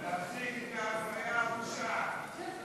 להפסיק את האפליה הפושעת.